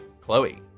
Chloe